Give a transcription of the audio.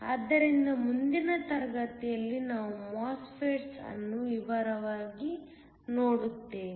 ಆದ್ದರಿಂದ ಮುಂದಿನ ತರಗತಿಯಲ್ಲಿ ನಾವು MOSFETS ಅನ್ನು ವಿವರವಾಗಿ ನೋಡುತ್ತೇವೆ